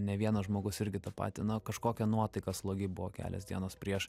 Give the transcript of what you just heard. ne vienas žmogus irgi tą patį na kažkokia nuotaika slogi buvo kelios dienos prieš